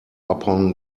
upon